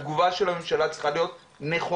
התגובה של הממשלה צריכה להיות נכונה